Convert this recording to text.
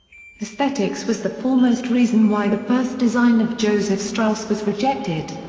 aesthetics was the foremost reason why the first design of joseph strauss was rejected.